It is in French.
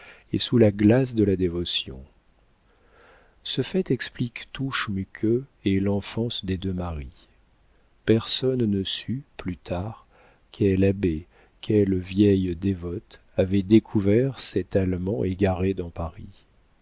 et sous la glace de la dévotion ce fait explique tout schmuke et l'enfance des deux marie personne ne sut plus tard quel abbé quelle vieille dévote avait découvert cet allemand égaré dans paris